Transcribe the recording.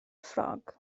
ffrog